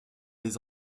les